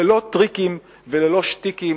ללא טריקים וללא שטיקים.